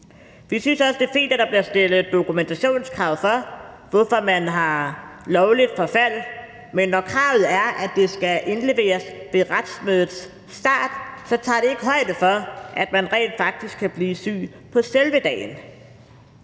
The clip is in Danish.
Vi synes også, det er fint, at der bliver stillet krav om dokumentation for, hvorfor man har lovligt forfald. Men når kravet er, at det skal indleveres ved retsmødets start, så tager det ikke højde for, at man rent faktisk kan blive syg på selve dagen.